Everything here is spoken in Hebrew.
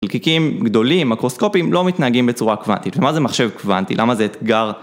חלקיקים גדולים, מאקרוסקופיים, לא מתנהגים בצורה קוונטית, ומה זה מחשב קוונטי? למה זה אתגר?